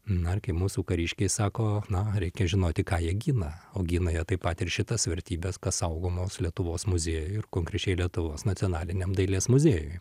na ir kaip mūsų kariškiai sako na reikia žinoti ką jie gina o gina jie taip pat ir šitas vertybes kas saugomos lietuvos muziejuj ir konkrečiai lietuvos nacionaliniam dailės muziejuj